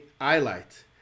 highlight